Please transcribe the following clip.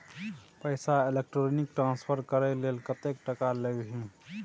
पैसा electronic transfer करय लेल कतेक टका लेबही